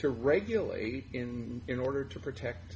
to regulate and in order to protect